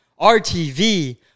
RTV